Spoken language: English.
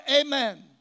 amen